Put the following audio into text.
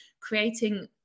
creating